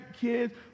kids